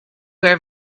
were